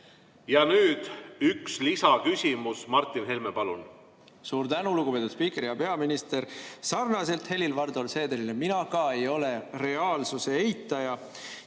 Ja nüüd üks lisaküsimus. Martin Helme, palun! Suur tänu, lugupeetud spiiker! Hea peaminister! Sarnaselt Helir-Valdor Seederiga mina ka ei ole reaalsuse eitaja